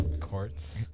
Courts